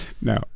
No